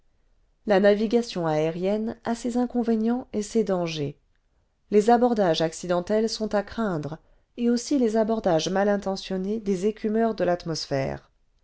la navigation aérienne a ses inconvénients et ses dangers les abordages accidentels sont à craindre et aussi les abordages mal intentionnés des écumeurs de l'atmosphère